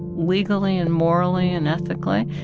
legally and morally and ethically.